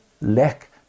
lack